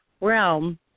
realm